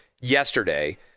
yesterday